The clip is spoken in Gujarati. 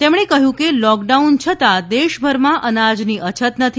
તેમણે કહ્યું કે લોકડાઉન છતાં દેશભરમાં અનાજની અછત નથી